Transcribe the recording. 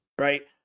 right